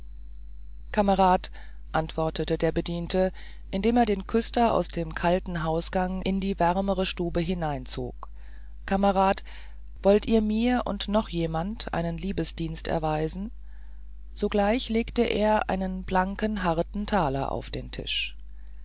kamerad antwortete der bediente indem er den küster aus dem kalten hausgang in die wärmere stube hineinzog kamerad wollt ihr mir und noch jemand einen liebesdienst erweisen zugleich legte er einen blanken harten taler auf den tisch